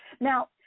Now